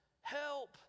help